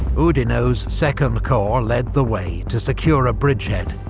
oudinot's second corps led the way, to secure a bridgehead,